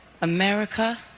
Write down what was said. America